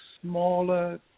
smaller